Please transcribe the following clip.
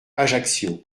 ajaccio